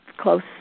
close